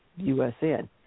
USN